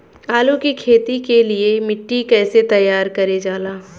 आलू की खेती के लिए मिट्टी कैसे तैयार करें जाला?